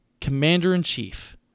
commander-in-chief